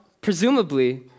presumably